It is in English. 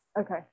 Okay